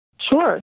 Sure